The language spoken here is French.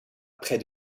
près